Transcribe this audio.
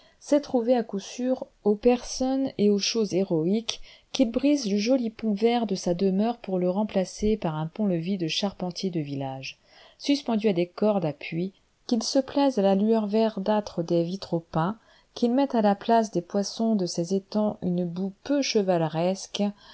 sait trouver à coup sûr aux personnes et aux choses héroïques qu'il brise le joli pont vert de sa demeure pour le remplacer par un pont-levis de charpentier de village suspendu à des cordes à puits qu'il se plaise à la lueur verdâtre des vitraux peints qu'il mette à la place des poissons de ses étangs une boue peu chevaleresque